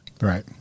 right